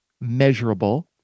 Measurable